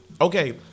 okay